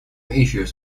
issues